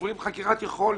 עוברים חקירת יכולת,